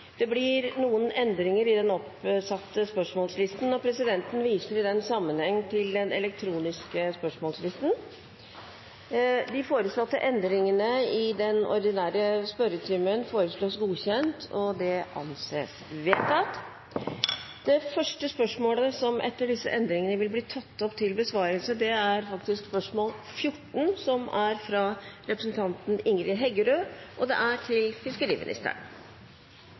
Det blir noen endringer i den oppsatte spørsmålslisten, og presidenten viser i den sammenheng til den elektroniske spørsmålslisten. De foreslåtte endringer foreslås godkjent. – Det anses vedtatt. Endringene var som følger: Spørsmål 4, fra representanten Erik Lundeby til samferdselsministeren, vil bli tatt opp av representanten Siri Engesæth. Spørsmål 5, fra representanten Svein Roald Hansen til ministeren for samordning av EØS-saker og forholdet til EU, er